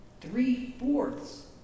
three-fourths